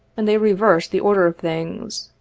and they reverse the order of things.